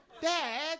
Dad